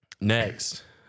next